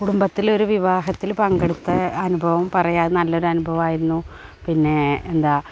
കുടുംബത്തിലെ ഒരു വിവാഹത്തില് പങ്കെടുത്ത അനുഭവം പറയാം അത് നല്ലൊരനുഭവമായിരുന്നു പിന്നേ എന്താ